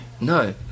No